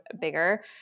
bigger